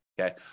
okay